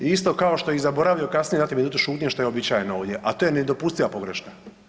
I isto kao što je i zaboravio kasnije dati minutu šutnje što je uobičajeno ovdje, a to je nedopustiva pogreška.